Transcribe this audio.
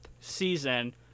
season